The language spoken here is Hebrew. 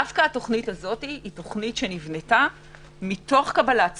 דווקא התוכנית זאת נבנתה מתוך קבלת סיכונים.